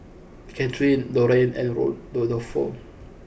Kathryne Lorrayne and road Rodolfo